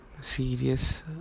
serious